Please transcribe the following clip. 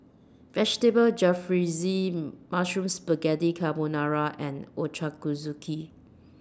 Vegetable Jalfrezi Mushroom Spaghetti Carbonara and